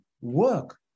work